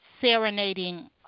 serenading